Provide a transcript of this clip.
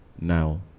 now